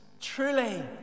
truly